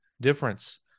difference